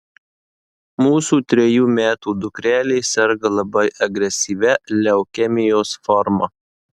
mūsų trejų metų dukrelė serga labai agresyvia leukemijos forma